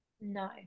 No